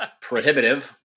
prohibitive